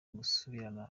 gusubirana